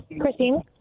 Christine